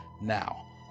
now